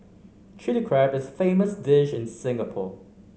Chilli Crab is a famous dish in Singapore